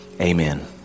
Amen